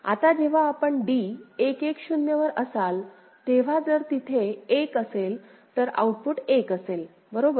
आता जेव्हा आपण d 1 1 0 वर असाल तेव्हा जर तिथे 1 असेल तर आउटपुट 1 असेल बरोबर